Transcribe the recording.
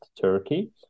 Turkey